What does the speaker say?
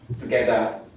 together